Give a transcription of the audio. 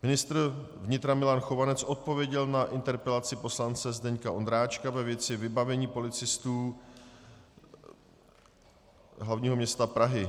Ministr vnitra Milan Chovanec odpověděl na interpelaci poslance Zdeňka Ondráčka ve věci vybavení policistů hlavního města Prahy.